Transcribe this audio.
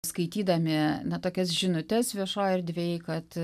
skaitydami na tokias žinutes viešojoj erdvėj kad